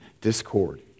discord